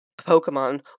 pokemon